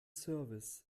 service